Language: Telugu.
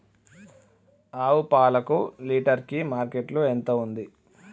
ఆవు పాలకు లీటర్ కి మార్కెట్ లో ఎంత ఉంది?